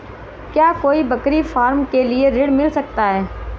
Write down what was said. क्या कोई बकरी फार्म के लिए ऋण मिल सकता है?